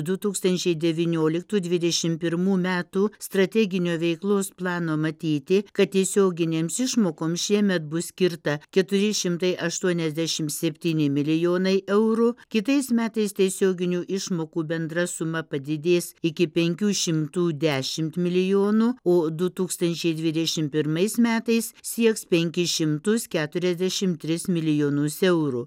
du tūkstančiai devynioliktų dvidešimt pirmų metų strateginio veiklos plano matyti kad tiesioginėms išmokoms šiemet bus skirta keturi šimtai aštuoniasdešimt septyni milijonai eurų kitais metais tiesioginių išmokų bendra suma padidės ikipenkių šimtų dešimt milijonų o du tūkstančiai dvidešimt pirmais metais sieks penkis šimtus keturiasdešimt tris milijonus eurų